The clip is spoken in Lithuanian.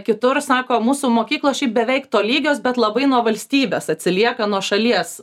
kitur sako mūsų mokyklos šiaip beveik tolygios bet labai nuo valstybės atsilieka nuo šalies